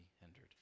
hindered